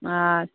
अच्छा